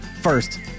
First